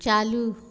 चालू